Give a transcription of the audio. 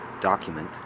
document